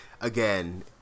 again